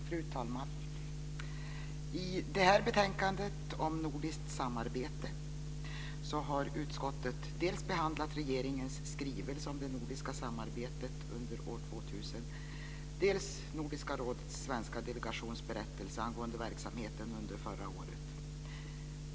Fru talman! I det här betänkandet om nordiskt samarbete har utskottet behandlat dels regeringens skrivelse om det nordiska samarbetet under år 2000, dels Nordiska rådets svenska delegations berättelse angående verksamheten under förra året.